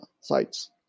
sites